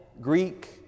Greek